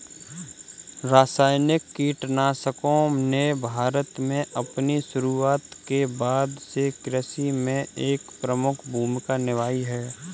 रासायनिक कीटनाशकों ने भारत में अपनी शुरूआत के बाद से कृषि में एक प्रमुख भूमिका निभाई है